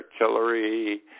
artillery